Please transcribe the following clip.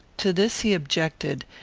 to this he objected,